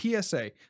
PSA